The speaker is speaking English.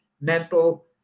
mental